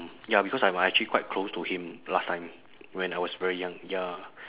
ya because I'm actually quite close to him last time when I was very young ya